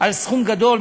על סכום גדול.